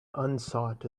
unsought